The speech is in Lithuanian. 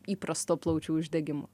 įprasto plaučių uždegimo